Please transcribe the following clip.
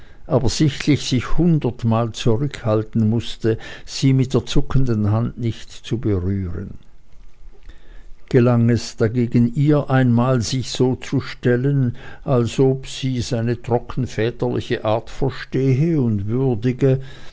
aber sichtlich sich hundertmal zurückhalten mußte sie mit der zuckenden hand nicht zu berühren gelang es ihr dagegen einmal sich so zu stellen als ob sie seine trocken väterliche art verstehe und würdige